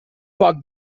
poc